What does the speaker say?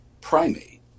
primate